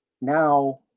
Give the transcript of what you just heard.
now